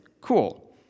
cool